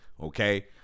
okay